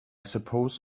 suppose